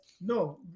No